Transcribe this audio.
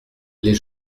les